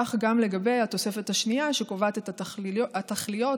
כך גם לגבי התוספת השנייה, שקובעת את התכליות